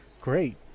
Great